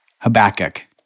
Habakkuk